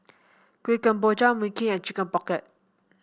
Kuih Kemboja Mui Kee and Chicken Pocket